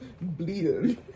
Bleeding